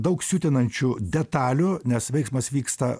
daug siutinančių detalių nes veiksmas vyksta